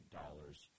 dollars